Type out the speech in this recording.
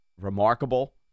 remarkable